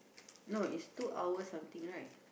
no is two hour something right